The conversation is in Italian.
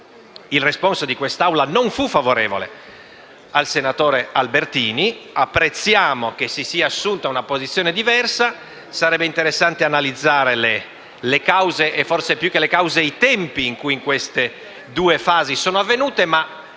il responso di questa Assemblea non fu favorevole al senatore Albertini e apprezziamo che si sia assunta una posizione diversa. Sarebbe interessante analizzare le cause e forse, più che le cause, i tempi in cui sono stati